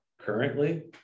currently